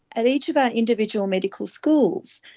at each of our individual medical schools,